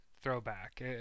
throwback